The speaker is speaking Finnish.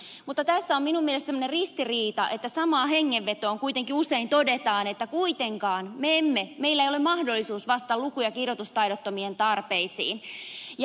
mutta tässä on minun mielestäni semmoinen ristiriita että samaan hengenvetoon kuitenkin usein todetaan että kuitenkaan meillä ei ole mahdollisuus vastata luku ja kirjoitustaidottomien tarpeisiin